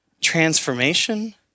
Transformation